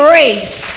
race